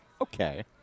Okay